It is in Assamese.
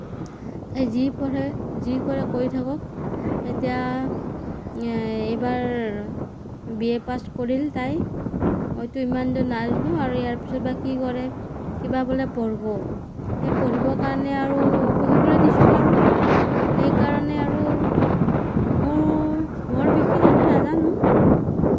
তাই যি পঢ়ে যি কৰে কৰি থাকক এতিয়া এইবাৰ বি এ পাছ কৰিলে তাই মইটো ইমানটো নাজানোঁ ইয়াৰ পিছত বা কি কৰে কিবা বোলে পঢ়িব সেই পঢ়িবৰ কাৰণে আৰু পঢ়িবলৈ দিছোঁ আৰু সেইকাৰণে আৰু বৰ বিশেষ একো নাজানোঁ